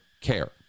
care